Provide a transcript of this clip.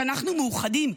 שאנחנו מאוחדים.